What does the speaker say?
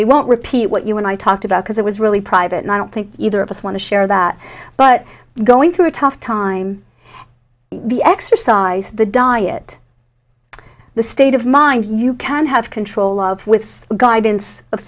we won't repeat what you and i talked about because it was really private and i don't think either of us want to share that but going through a tough time the exercise the diet the state of mind you can have control of with the guidance of